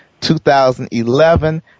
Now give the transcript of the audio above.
2011